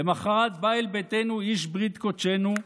למוחרת בא אל ביתנו איש ברית קודשנו,